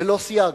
בלא סייג,